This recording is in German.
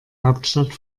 hauptstadt